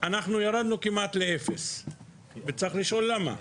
ירדנו כמעט לאפס וצריך לשאול למה.